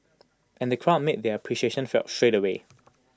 and the crowd made their appreciation felt straight away